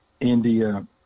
India